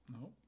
No